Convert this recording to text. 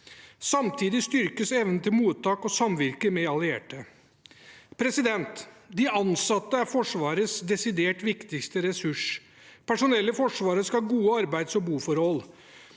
Samtidig styrkes evnen til mottak og samvirke med allierte. De ansatte er Forsvarets desidert viktigste ressurs. Personellet i Forsvaret skal ha gode arbeids- og boforhold.